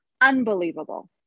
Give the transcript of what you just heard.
unbelievable